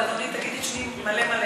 אבל, אדוני, תגיד את שמי מלא מלא.